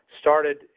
started